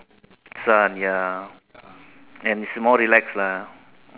sun ya and it's more relax lah